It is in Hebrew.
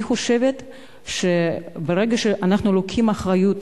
אני חושבת שברגע שאנחנו לוקחים אחריות